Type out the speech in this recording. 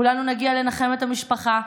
כולנו נגיע לנחם את המשפחה,